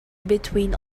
between